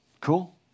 Cool